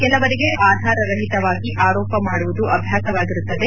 ಕೆಲವರಿಗೆ ಆಧಾರರಹಿತವಾಗಿ ಆರೋಪ ಮಾಡುವುದು ಅಭ್ಯಾಸವಾಗಿರುತ್ತದೆ